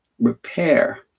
repair